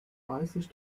preislich